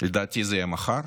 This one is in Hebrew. לדעתי זה יהיה מחר,